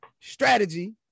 strategy